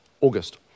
August